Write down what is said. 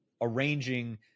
arranging